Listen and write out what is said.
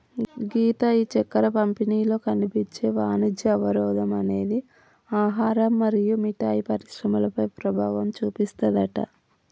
గీత ఈ చక్కెర పంపిణీలో కనిపించే వాణిజ్య అవరోధం అనేది ఆహారం మరియు మిఠాయి పరిశ్రమలపై ప్రభావం చూపిస్తుందట